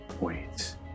Wait